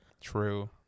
true